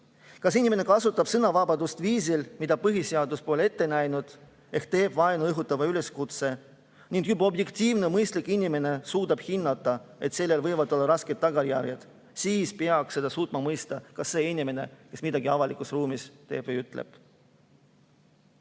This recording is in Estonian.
Kui inimene kasutab sõnavabadust viisil, mida põhiseadus pole ette näinud, ehk teeb vaenu õhutava üleskutse, ning objektiivne mõistlik inimene suudab hinnata, et sellel võivad olla rasked tagajärjed, siis peaks seda suutma mõista ka see inimene, kes midagi avalikus ruumis teeb või ütleb.